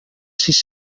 sis